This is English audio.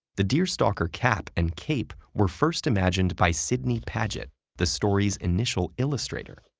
the deerstalker cap and cape were first imagined by sidney paget, the story's initial illustrator.